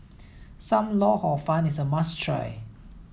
Sam Lau Hor Fun is a must try